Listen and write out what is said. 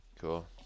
Cool